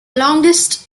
longest